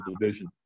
division